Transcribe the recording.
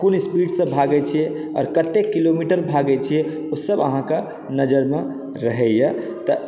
कोन स्पीडसँ भागै छियै आओर कतेक किलोमीटर भागै छियै ओ सब अहाँके नजरिमे रहैए तऽ